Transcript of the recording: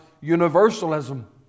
universalism